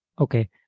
Okay